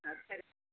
ஆ சரி